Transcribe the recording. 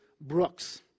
Brooks